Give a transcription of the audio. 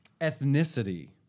ethnicity